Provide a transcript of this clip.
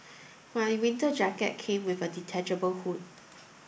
my winter jacket came with a detachable hood